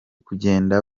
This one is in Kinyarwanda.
kugenda